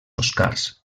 oscars